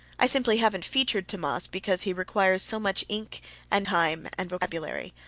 i simply haven't featured tammas because he requires so much ink and time and vocabulary.